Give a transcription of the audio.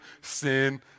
sin